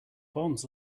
bombs